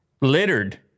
littered